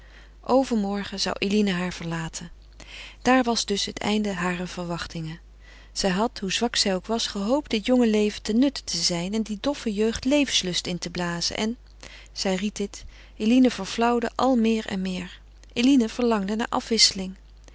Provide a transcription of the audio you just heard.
overmorgen zou eline haar verlaten dat was dus het einde harer verwachtingen zij had hoe zwak zij ook was gehoopt dit jonge leven ten nutte te zijn en die doffe jeugd levenslust in te blazen en zij ried dit eline verflauwde al meer en meer eline verlangde naar afwisseling